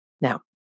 Now